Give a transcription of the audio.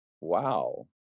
wow